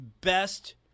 best